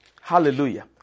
Hallelujah